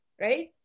right